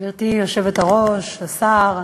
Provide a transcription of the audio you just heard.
גברתי היושבת-ראש, השר,